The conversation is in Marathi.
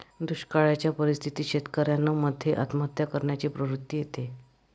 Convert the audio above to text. दुष्काळयाच्या परिस्थितीत शेतकऱ्यान मध्ये आत्महत्या करण्याची प्रवृत्ति येते